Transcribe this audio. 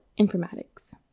informatics